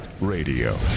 Radio